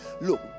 look